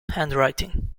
handwriting